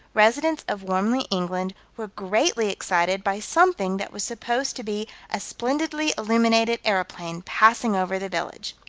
residents of warmley, england, were greatly excited by something that was supposed to be a splendidly illuminated aeroplane, passing over the village.